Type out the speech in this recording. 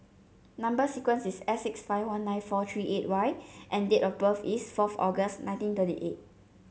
number sequence is S six five one nine four three eight Y and date of birth is fourth August nineteen thirty eight